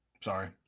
sorry